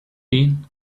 been